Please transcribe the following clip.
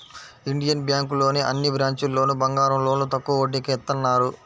Indian బ్యేంకులోని అన్ని బ్రాంచీల్లోనూ బంగారం లోన్లు తక్కువ వడ్డీకే ఇత్తన్నారు